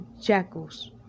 jackals